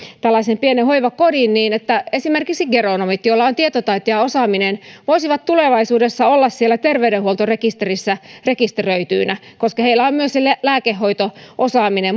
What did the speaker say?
tällaisen pienen hoivakodin esimerkiksi geronomit joilla on tietotaito ja osaaminen voisivat tulevaisuudessa olla siellä terveydenhuoltorekisterissä rekisteröityinä koska heillä on myös se lääkehoito osaaminen sitä